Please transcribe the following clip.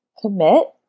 commit